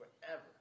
forever